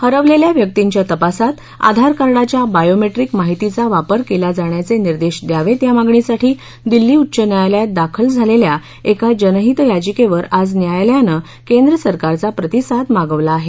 हरवलेल्या व्यक्तींच्या तपासात आधार कार्डाच्या बायोमेट्रिक माहितीचा वापर केला जाण्याचे निर्देश द्यावेत या मागणीसाठी दिल्ली उच्च न्यायालयात दाखल झालेल्या एका जनहित याचिकेवर आज न्यायालयानं केंद्र सरकारचा प्रतिसाद मागविला आहे